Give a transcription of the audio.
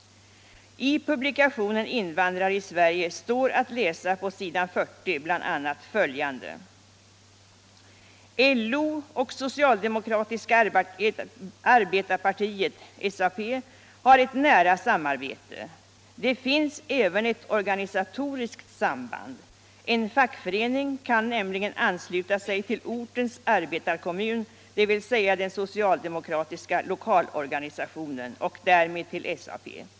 I publikationen Invandrare i Sverige står bl.a. följande att läsa på s. 40: "LO och socialdemokratiska arbetarpartiet, SAP, har ett nära samarbete. Det finns även ett organisatoriskt samband. En fackförening kan nämligen ansluta sig till ortens arbetarkommun och därmed till SAP.